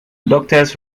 doctors